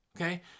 okay